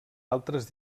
altres